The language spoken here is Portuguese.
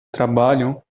trabalham